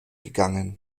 gegangen